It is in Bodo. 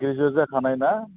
ग्रेजुयेड जाखानाय ना